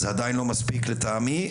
זה עדיין לא מספיק לטעמי,